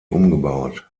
umgebaut